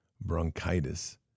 bronchitis